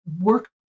work